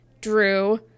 Drew